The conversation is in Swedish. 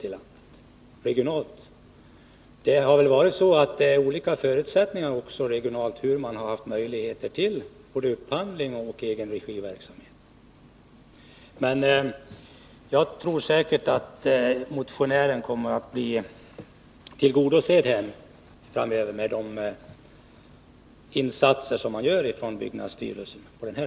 Förutsättningarna att göra upphandlingar liksom även förutsättningarna att bedriva egenregiverksamhet har väl varit litet olika, men jag tror att motionären kommer att bli tillgodosedd framöver med de insatser som byggnadsstyrelsen gör.